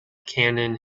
cannon